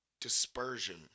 dispersion